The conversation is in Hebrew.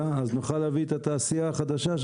וקריטי וחשוב מאוד שנקדם את זה בתוך הממשלה.